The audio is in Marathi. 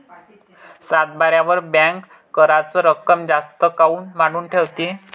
सातबाऱ्यावर बँक कराच रक्कम जास्त काऊन मांडून ठेवते?